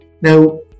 now